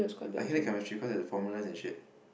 I hated chemistry cause there were formulas and shit